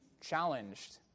challenged